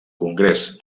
congrés